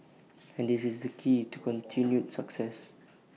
and this is the key to continued success